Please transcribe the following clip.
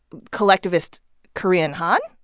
collectivist korean han?